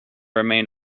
remained